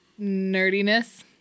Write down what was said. nerdiness